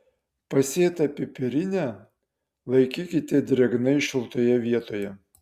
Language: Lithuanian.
pasėtą pipirnę laikykite drėgnai šiltoje vietoje